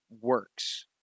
works